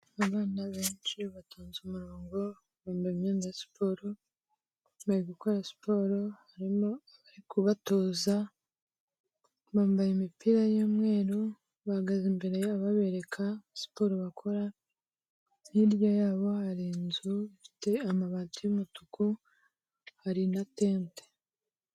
Abana benshi batonze umurongo wambaye imyenda ya siporo bari gukora siporo, harimo abari kubatoza bambaye imipira y'umweru bahagaze imbere yabo babereka siporo bakora, hirya yabo hari inzu ifite amabati y'umutuku hari na tente.